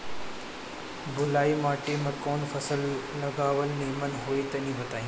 बलुई माटी में कउन फल लगावल निमन होई तनि बताई?